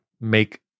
make